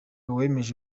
wemeje